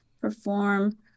perform